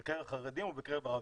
בקרב חרדים ובקרב ערבים.